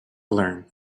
learn